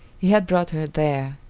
he had brought her there,